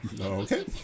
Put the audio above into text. Okay